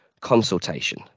Consultation